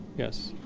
yes.